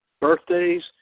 birthdays